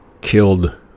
killed